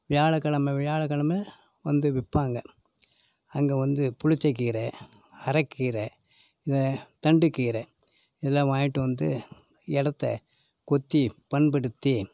வியாழக்கிழம வியாழக்கிழம வந்து விற்பாங்க அங்கே வந்து புளிச்சக்கீரை அரைக்கீர இந்த தண்டுக்கீரை இதெல்லாம் வாங்கிகிட்டு வந்து இடத்த கொத்தி பண்படுத்தி